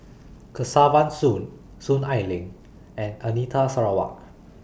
Kesavan Soon Soon Ai Ling and Anita Sarawak